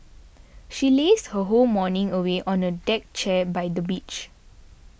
she lazed her whole morning away on a deck chair by the beach